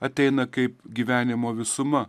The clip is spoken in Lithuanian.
ateina kaip gyvenimo visuma